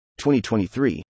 2023